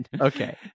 Okay